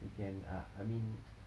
we can uh I mean